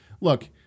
look